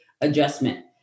Adjustment